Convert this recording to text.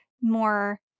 more